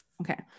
Okay